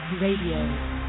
Radio